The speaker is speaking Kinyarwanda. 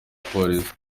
polisi